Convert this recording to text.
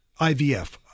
IVF